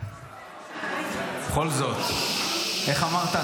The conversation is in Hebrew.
בכל זאת, איך אמרת?